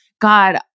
God